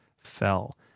Fell